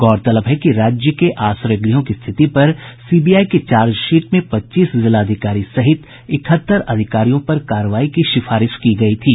गौरतलब है कि राज्य के आश्रय गृहों की स्थिति पर सीबीआई की चार्जशीट में पच्चीस जिलाधिकारी सहित इकहत्तर अधिकारियों पर कार्रवाई की सिफारिश की गई थी